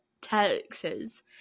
Texas